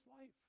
life